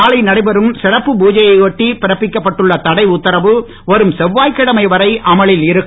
நாளை நடைபெறும் சிறப்பு பூஜையையொட்டி பிறப்பிக்கப்பட்டுள்ள தடை உத்தரவு வரும் செவ்வாய் கிழமை வரை அமலில் இருக்கும்